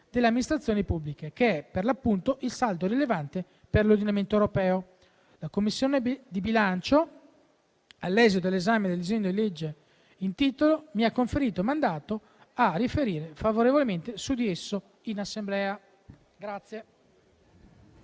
delle Amministrazioni pubbliche, che è per l'appunto il saldo rilevante per l'ordinamento europeo. La Commissione bilancio, all'esito dell'esame del disegno di legge in titolo, mi ha pertanto conferito mandato a riferire favorevolmente su di esso in Assemblea.